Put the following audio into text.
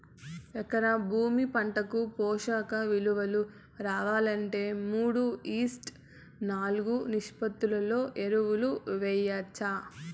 ఎకరా భూమి పంటకు పోషక విలువలు రావాలంటే మూడు ఈష్ట్ నాలుగు నిష్పత్తిలో ఎరువులు వేయచ్చా?